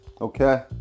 okay